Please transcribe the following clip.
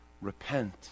Repent